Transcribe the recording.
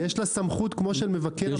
יש לה סמכות כמו של מבקר המדינה.